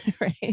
Right